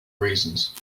reasons